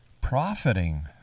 profiting